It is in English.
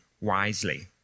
wisely